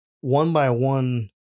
one-by-one